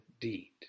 deed